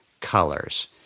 colors